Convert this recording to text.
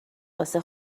واسه